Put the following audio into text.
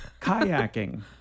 kayaking